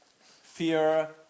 fear